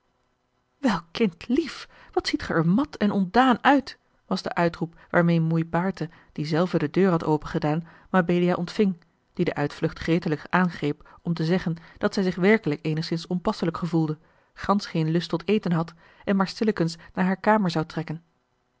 wel kindlief wat ziet ge er mat en ontdaan uit was de uitroep waarmeê moei baerte die zelve de deur had opengedaan mabelia ontving die de uitvlucht gretiglijk aangreep om te zeggen dat zij zich werkelijk eenigszins onpasselijk gevoelde gansch geen lust tot eten had en maar stillekens naar hare kamer zou trekken